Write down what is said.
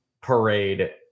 parade